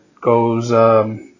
goes